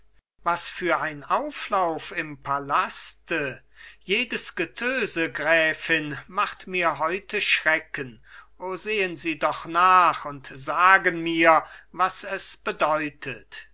was für ein auflauf im palaste jedes getöse gräfin macht mir heute schrecken o sehen sie doch nach und sagen mir was es bedeutet